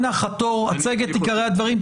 אנא חתור להציג את עיקרי הדברים.